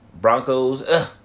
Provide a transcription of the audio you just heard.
Broncos